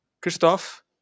Christoph